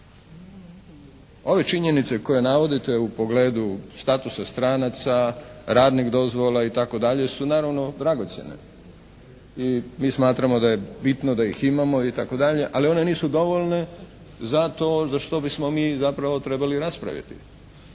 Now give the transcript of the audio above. Ove činjenice koje navodite u pogledu statusa stranaca, radnih dozvola itd. su naravno dragocjene. I mi smatramo da je bitno da ih imamo itd. ali one nisu dovoljne za to za što bismo mi zapravo trebali raspraviti,